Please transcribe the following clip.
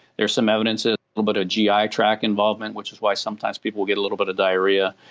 there's some evidence a little bit of gi tract involvement which is why sometimes people get a little bit of diarrhea.